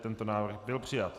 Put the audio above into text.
Tento návrh byl přijat.